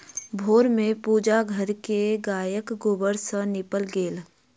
भोर में पूजा घर के गायक गोबर सॅ नीपल गेल